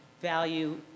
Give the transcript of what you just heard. value